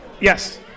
Yes